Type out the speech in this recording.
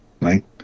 right